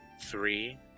three